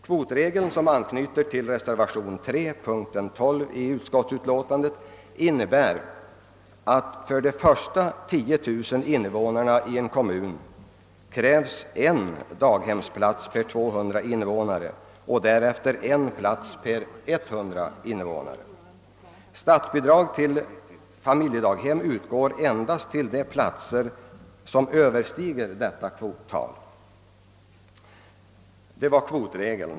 Kvotregeln, som tas upp i reservationen 3 vid punkten 12 i förevarande utlåtande, innebär att det för de första 10.000 invånarna i en kommun krävs en daghemsplats för 200 invånare och däröver en plats för 100 invånare. Statsbidrag till familjedaghem utgår endast till de platser som uppnår detta kvottal.